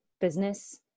business